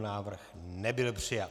Návrh nebyl přijat.